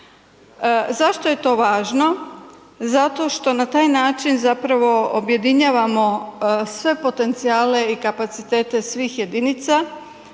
Zašto je to važno? Zato što na taj način zapravo objedinjavamo sve potencijale i kapacitete svih jedinice